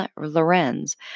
Lorenz